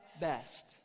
best